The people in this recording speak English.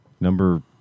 number